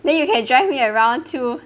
then you can drive me around too